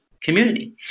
community